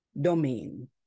domain